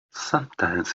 sometimes